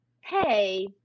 Hey